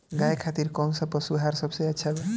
गाय खातिर कउन सा पशु आहार सबसे अच्छा बा?